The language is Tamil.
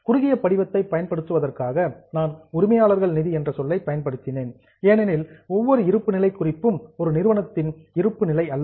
குறுகிய படிவத்தை பயன்படுத்துவதற்காக நான் உரிமையாளர்கள் நிதி என்ற சொல்லைப் பயன்படுத்தினேன் ஏனெனில் ஒவ்வொரு இருப்புநிலை குறிப்பும் ஒரு நிறுவனத்தின் இருப்புநிலை அல்ல